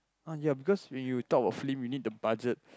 ah ya because when you talk about film you need the budget